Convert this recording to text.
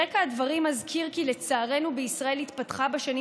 ברקע הדברים אזכיר כי לצערנו בישראל התפתחה בשנים